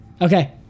Okay